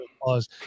applause